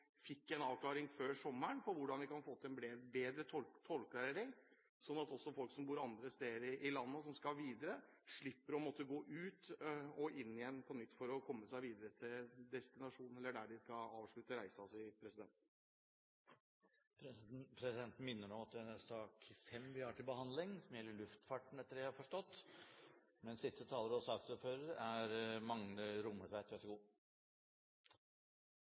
fikk en avklaring før sommeren på hvordan vi kan få til en bedre tollklarering, slik at også folk som bor andre steder i landet, og som skal videre, slipper å måtte gå ut og så inn igjen på nytt for å komme seg videre til dit reisen slutter. Presidenten vil minne om at det er sak nr. 5 vi har til behandling, og den gjelder luftfarten, etter det jeg har forstått.